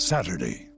Saturday